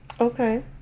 Okay